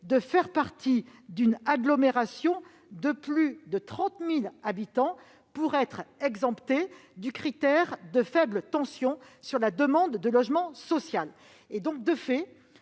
de faire partie d'une agglomération de plus de 30 000 habitants pour être exempté du critère de faible tension sur la demande de logement social. Un certain